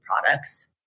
products